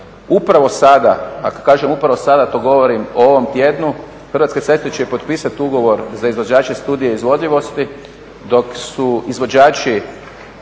Upravo sada, a kad kažem upravo sada to govori o ovom tjednu, Hrvatske ceste će potpisat ugovor za izvođače studije izvodljivosti, dok su izvođači